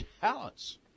talents